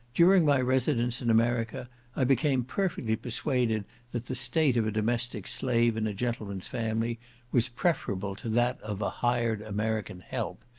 during my residence in america i became perfectly persuaded that the state of a domestic slave in a gentleman's family was preferable to that of a hired american help,